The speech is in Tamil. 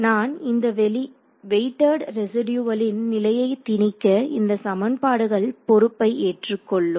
நான் இந்த வெயிட்டட் ரெசிடியூவளின் நிலையை திணிக்க இந்த சமன்பாடுகள் பொறுப்பை ஏற்றுக் கொள்ளும்